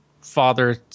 father